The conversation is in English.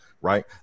right